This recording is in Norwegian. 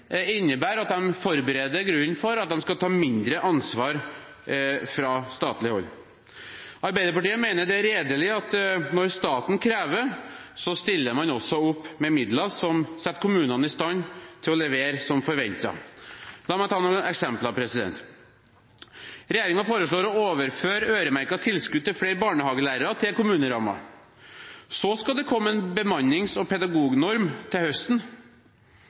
realiteten innebærer at de bereder grunnen for at de skal ta mindre ansvar fra statlig hold. Arbeiderpartiet mener det er redelig at når staten krever, så stiller man også opp med midler som setter kommunene i stand til å levere som forventet. La meg ta noen eksempler: Regjeringen foreslår å overføre øremerkede tilskudd til flere barnehagelærere til kommunerammen. Så skal det komme en bemannings- og pedagognorm til høsten.